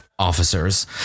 Officers